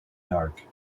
dark